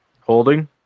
holding